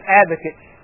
advocates